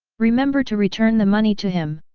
remember to return the money to him.